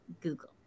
google